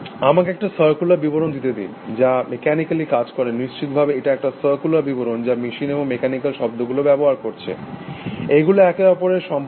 আমাকে একটা সার্কুলার বিবরণ দিতে দিন যা মেকানিকালি কাজ করে নিশ্চিতভাবে এটা একটা সার্কুলার বিবরণ যা মেশিন এবং মেকানিকাল শব্দগুলো ব্যবহার করছে এইগুলো একে অপরের সম্পর্কিত